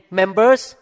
members